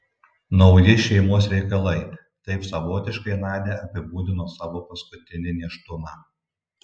nauji šeimos reikalai taip savotiškai nadia apibūdino savo paskutinį nėštumą